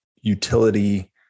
utility